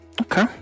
Okay